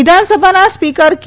વિધાનસભાના સ્પીકર કે